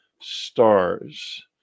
Stars